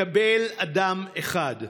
מקבל אדם אחד,